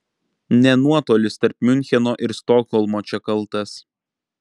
ne nuotolis tarp miuncheno ir stokholmo čia kaltas